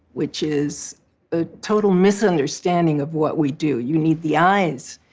which is a total misunderstanding of what we do. you need the eyes,